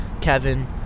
Kevin